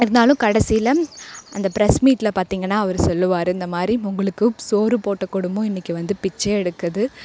இருந்தாலும் கடைசியில் அந்த ப்ரெஸ் மீட்டில் பார்த்தீங்கன்னா அவர் சொல்லுவார் இந்த மாதிரி உங்களுக்கு சோறு போட்ட குடும்பம் இன்றைக்கி வந்து பிச்சை எடுக்குது